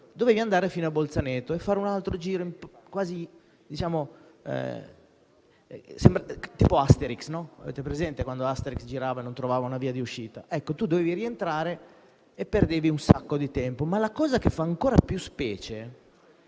doveva andare fino a Bolzaneto e fare un giro tipo Asterix. Avete presente quando Asterix girava e non trovava una via d'uscita? Ecco, si doveva rientrare e si perdeva un sacco di tempo. C'è un aspetto che fa ancora più specie.